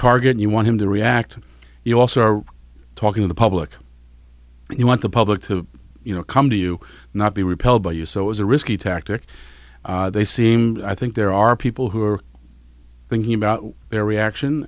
target you want him to react you also are talking to the public you want the public to you know come to you not be repelled by you so it was a risky tactic they seemed i think there are people who are thinking about their reaction